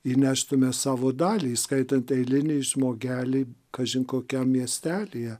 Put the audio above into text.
įneštume savo dalį įskaitant eiliniai žmogeliai kažin kokiam miestelyje